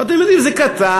ואתם יודעים, זה קטן.